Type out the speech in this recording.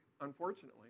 unfortunately